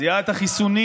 זיהה את החיסונים,